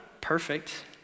perfect